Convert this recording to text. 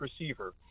receiver